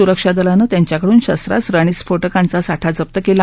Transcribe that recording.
सुरक्षा दलानं त्यांच्याकडून शस्त्रास्त्र आणि स्फोटकांचा साठा जप्त केला